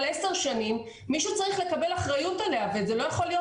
עשר שנים מישהו צריך לקבל אחריות עליה וזה לא יכול להיות